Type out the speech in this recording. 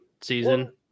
season